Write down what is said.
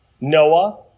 Noah